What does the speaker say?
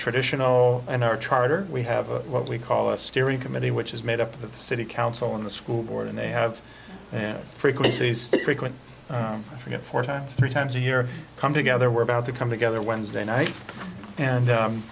traditional and our charter we have a what we call a steering committee which is made up of the city council and the school board and they have their frequencies frequent i forget four times three times a year come together we're bound to come together wednesday night and